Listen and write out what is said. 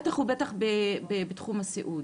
בטח ובטח בתחום הסיעוד